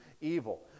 evil